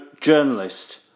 journalist